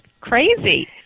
Crazy